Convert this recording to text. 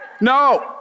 no